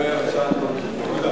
תודה.